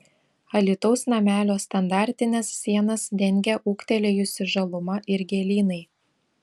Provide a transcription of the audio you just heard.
alytaus namelio standartines sienas dengia ūgtelėjusi žaluma ir gėlynai